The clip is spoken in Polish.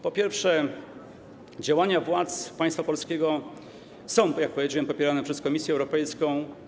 Po pierwsze, działania władz państwa polskiego są, jak powiedziałem, popierane przez Komisję Europejską.